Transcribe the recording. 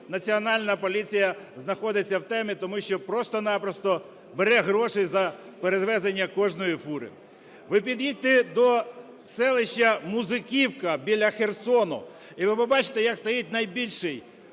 Національна поліції знаходиться "в темі", тому що просто-напросто бере гроші за перевезення кожної фури. Ви під'їдьте до селищаМузиківка біля Херсону - і ви побачите, як стоїть найбільший